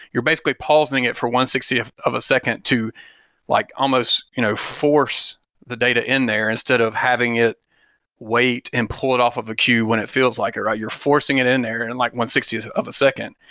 you're basically pausing it for one-sixtieth of a second to like almost you know force the data in there, instead of having it wait and pull it off of a cue when it feels like it, right? you're forcing it in there in and like one sixtieth of a second.